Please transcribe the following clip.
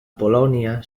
polònia